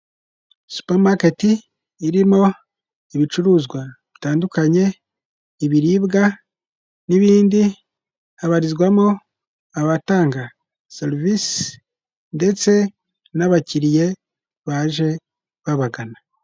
Supamaketi irimo ibicuruzwa bitandukanye, ibiribwa n'ibindi, habarizwamo abatanga serivisi ndetse n'abakiriya baje babagana.